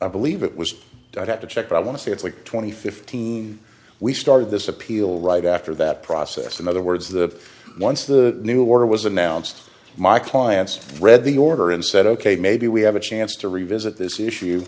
i believe it was i have to check but i want to see it like twenty fifteen we started this appeal right after that process in other words the once the new order was announced my clients read the order and said ok maybe we have a chance to revisit this